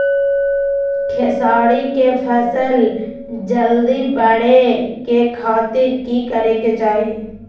खेसारी के फसल जल्दी बड़े के खातिर की करे के चाही?